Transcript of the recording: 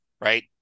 right